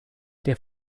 der